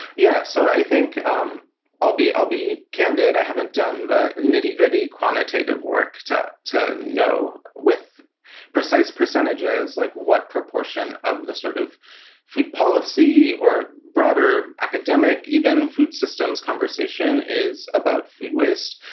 yes. so i think um i'll be i'll be candid. i haven't done the nitty gritty quantitative work to to know with precise percentages like what proportion of the sort of food policy or broader academic, even food systems conversation is about food waste.